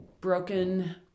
broken